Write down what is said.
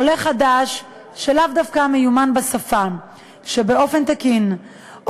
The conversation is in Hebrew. עולה חדש שלאו דווקא מיומן בשפה באופן תקין,